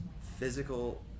physical